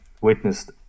witnessed